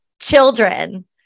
children